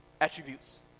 attributes